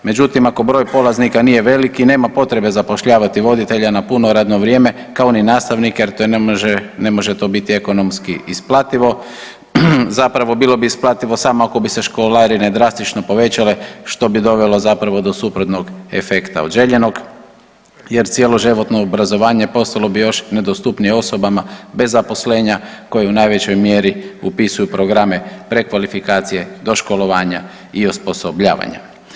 Međutim, ako broj polaznika nije veliki nema potrebe zapošljavati voditelja na puno radno vrijeme, kao ni nastavnike jer to ne može, ne može to biti ekonomski isplativo, zapravo bilo bi isplativo samo ako bi se školarine drastično povećale, što bi dovelo zapravo do suprotnog efekta od željenog jer cjeloživotno obrazovanje postalo bi još nedostupnije osobama bez zaposlenja koje u najvećoj mjeri upisuju programe prekvalifikacije do školovanja i osposobljavanja.